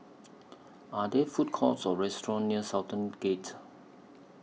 Are There Food Courts Or restaurants near Sultan Gate